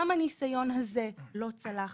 גם הניסיון הזה לא צלח,